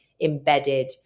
embedded